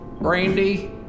brandy